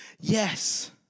yes